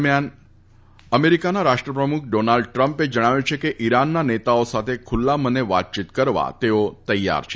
દરમ્યાન અમેરિકાના રાષ્ટ્રપ્રમુખ ડોનાલ્ડ ટ્રમ્પે જણાવ્યું છે કે ઈરાનના નેતાઓ સાથે ખુલ્લા મને વાતચીત કરવા તેઓ તૈયાર છે